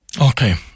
Okay